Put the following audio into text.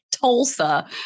Tulsa